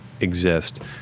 exist